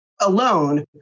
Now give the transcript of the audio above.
alone